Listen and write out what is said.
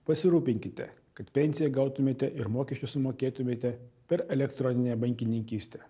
pasirūpinkite kad pensiją gautumėte ir mokesčius sumokėtumėte per elektroninę bankininkystę